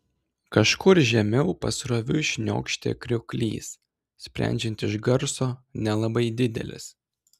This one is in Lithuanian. kažkur žemiau pasroviui šniokštė krioklys sprendžiant iš garso nelabai didelis